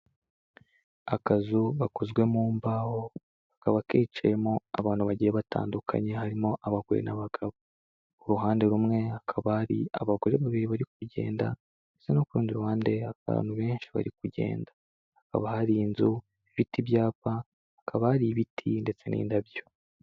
Akazu gakozwe mu mbaho kakaba kicayemo abantu bagiye batandukanye harimo abagore n'abagabo, uruhande rumwe hakaba hari abagore babiri bari kugenda ndetse no ku rundi ruhande hakaba abantu benshi bari kugenda, hakaba hari inzu ifite ibyapa, hakaba hari ibiti ndetse n'indabyo.